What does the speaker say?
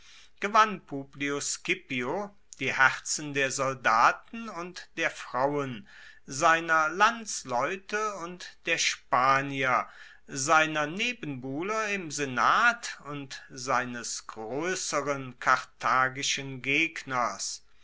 gewann publius scipio die herzen der soldaten und der frauen seiner landsleute und der spanier seiner nebenbuhler im senat und seines groesseren karthagischen gegners